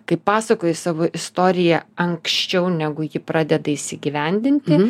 kai pasakoji savo istoriją anksčiau negu ji pradeda įsigyvendinti